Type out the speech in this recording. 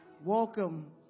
Welcome